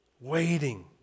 waiting